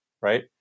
right